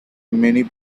many